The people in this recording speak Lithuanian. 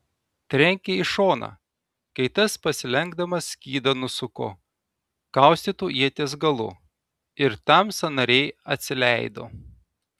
trenkė į šoną kai tas pasilenkdamas skydą nusuko kaustytu ieties galu ir tam sąnariai atsileido